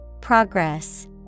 Progress